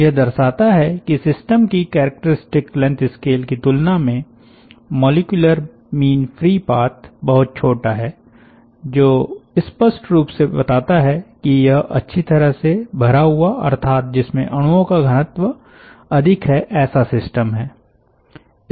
यह दर्शाता है कि सिस्टम की कैरेक्टरिस्टिक लेंथ स्केल की तुलना में मॉलिक्यूलर मीन फ्री पाथ बहुत छोटा हैजो स्पष्ट रूप से बताता है कि यह अच्छी तरह से भरा हुआ अर्थात जिसमे अणुओं का धनत्व अधिक है ऐसा सिस्टम है